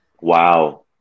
Wow